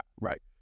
Right